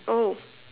oh